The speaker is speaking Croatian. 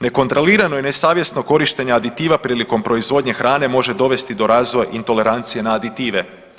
Nekontrolirano i nesavjesno korištenje aditiva prilikom proizvodnje hrane može dovesti do razvoja intolerancije na aditive.